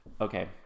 Okay